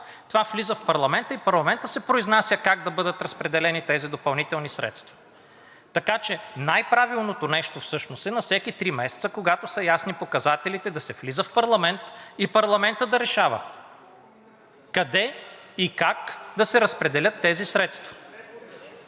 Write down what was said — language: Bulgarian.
това влиза в парламента и парламентът се произнася как да бъдат разпределени тези допълнителни средства. Така че най-правилното нещо е всъщност на всеки три месеца, когато са ясни показателите, да се влиза в парламента и парламентът да решава къде и как да се разпределят тези средства.